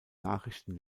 nachrichten